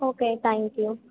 okay thank you